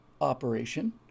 operation